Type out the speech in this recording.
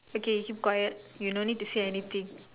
okay keep quiet you no need to say anything